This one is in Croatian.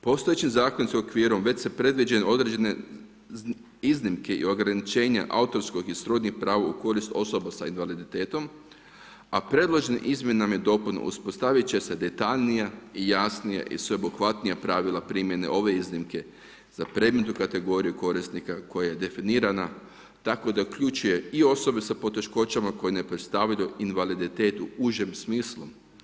Postojećim zakonskim okvirom već se predviđaju određene iznimke i ograničenja autorskog i srodnih prava u korist osoba sa invaliditetom, a predloženim izmjenama i dopunama uspostavit će se detaljnija i jasnija i sveobuhvatnija pravila primjene ove iznimke za predmetnu kategoriju korisnika koja je definirana tako da uključuje i osobe sa poteškoćama koje ne predstavljaju invaliditet u užem smislu.